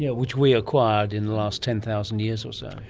yeah which we acquired in the last ten thousand years or so.